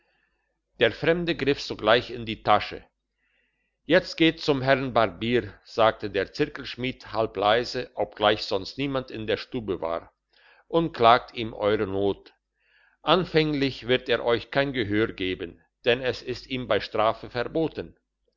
der fremde griff sogleich in die tasche jetzt geht zum herr barbier sagte der zirkelschmied halb leise obgleich sonst niemand in der stube war und klagt ihm eure not anfänglich wird er euch kein gehör geben denn es ist ihm bei strafe verboten